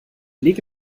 lege